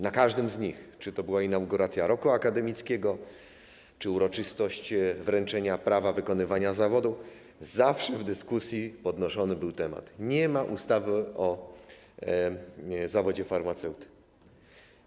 Na każdym z nich, czy to była inauguracja roku akademickiego, czy uroczystość wręczenia prawa wykonywania zawodu, zawsze w dyskusji podnoszony był temat: nie ma ustawy o zawodzie farmaceuty.